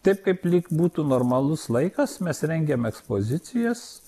taip kaip lyg būtų normalus laikas mes rengiame ekspozicijas